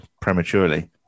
prematurely